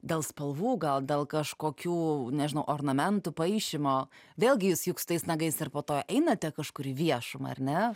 dėl spalvų gal dėl kažkokių nežinau ornamentų paišymo vėlgi jūs juk su tais nagais ir po to einate kažkur į viešumą ar ne